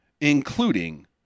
including